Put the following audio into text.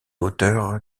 auteure